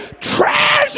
treasure